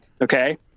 Okay